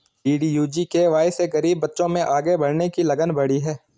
DDU GKY से गरीब बच्चों में आगे बढ़ने की लगन बढ़ी है